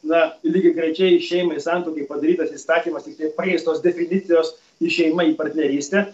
na lygiagrečiai šeimai santuokai padarytas įstatymas tiktai pakeistos definicijos iš šeima į partnerystę